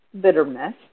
bitterness